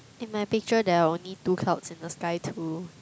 in my picture there are only two clouds in the sky too